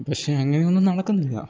പക്ഷെ അങ്ങനെയൊന്നും നടക്കുന്നില്ല